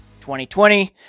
2020